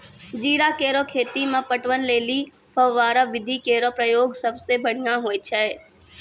जीरा केरो खेती म पटवन लेलि फव्वारा विधि केरो प्रयोग सबसें बढ़ियां होय छै